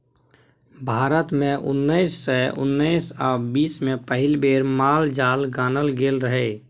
भारत मे उन्नैस सय उन्नैस आ बीस मे पहिल बेर माल जाल गानल गेल रहय